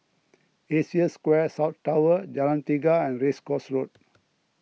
Asia Square South Tower Jalan Tiga and Race Course Road